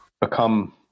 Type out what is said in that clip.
become